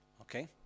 Okay